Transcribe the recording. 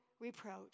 reproach